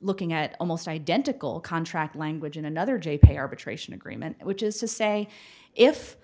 looking at almost identical contract language in another j p arbitration agreement which is to say if